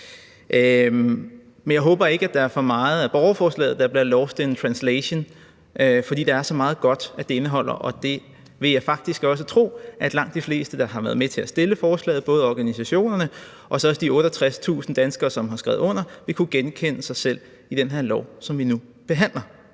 Jeg håber ikke, at der er for meget af borgerforslaget, der bliver lost in translation, for det indeholder så meget godt, og jeg vil faktisk også tro, at langt de fleste af dem, der har været med til at stille forslaget – både organisationerne og de 68.000 danskere, som har skrevet under – vil kunne genkende sig selv i det lovforslag, som vi nu behandler.